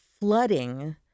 flooding